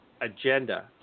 agenda